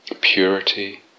purity